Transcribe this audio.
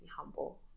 humble